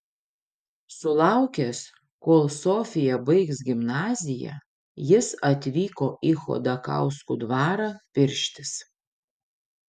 sulaukęs kol sofija baigs gimnaziją jis atvyko į chodakauskų dvarą pirštis